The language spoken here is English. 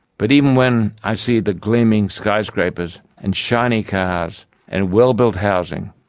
but even when i see the gleaming skyscrapers and shiny cars and well built housing,